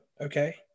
okay